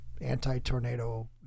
anti-tornado